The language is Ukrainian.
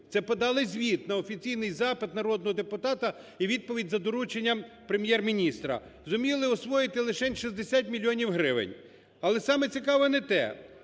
(це подали звіт на офіційний запит народного депутата і відповідь за дорученням Прем'єр-міністра), зуміли освоїти лишень 60 мільйонів гривень. Але саме цікаве не те,